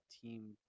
team –